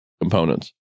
components